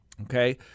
Okay